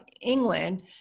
England